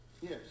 Yes